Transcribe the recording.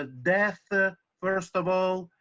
ah death, ah first of all,